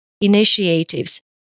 initiatives